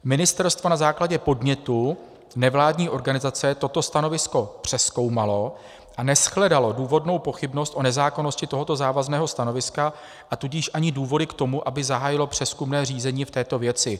Ministerstvo na základě podnětu nevládní organizace toto stanovisko přezkoumalo a neshledalo důvodnou pochybnost o nezákonnosti tohoto závazného stanoviska, a tudíž ani důvody k tomu, aby zahájilo přezkumné řízení v této věci.